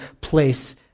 place